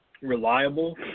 reliable